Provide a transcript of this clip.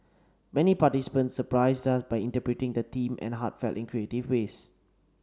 many participants surprised us by interpreting the theme in heartfelt and creative ways